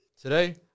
Today